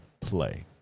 play